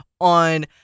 on